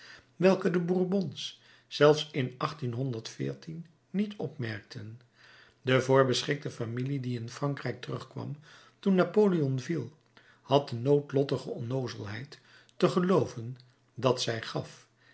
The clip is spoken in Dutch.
welke de bourbons zelfs in niet opmerkten de voorbeschikte familie die in frankrijk terugkwam toen napoleon viel had de noodlottige onnoozelheid te gelooven dat zij gaf